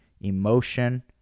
emotion